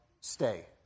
Stay